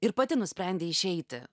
ir pati nusprendei išeiti